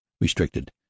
restricted